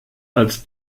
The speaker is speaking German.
als